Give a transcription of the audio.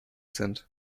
sind